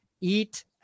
eat